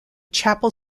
chapel